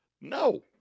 No